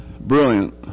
Brilliant